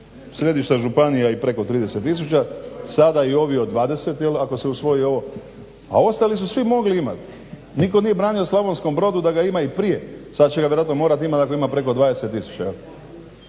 središta županija i preko 30 tisuća, sada i ovi od 20 jel' ako se usvoji ovo, a ostali su svi mogli imati. Nitko nije branio Slavonskom Brodu da ga ima i prije, sad će ga vjerojatno morati imati, dakle ima preko 20